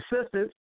assistant